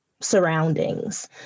surroundings